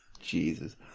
Jesus